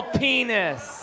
penis